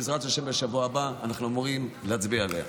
בעזרת השם בשבוע הבא אנחנו אמורים להצביע עליה.